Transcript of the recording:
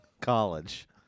college